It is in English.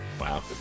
Wow